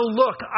look